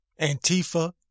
Antifa